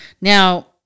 Now